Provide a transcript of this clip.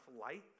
light